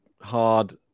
Hard